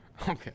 Okay